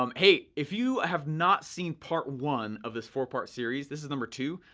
um hey, if you have not seen part one of this four part series, this is number two.